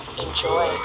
enjoy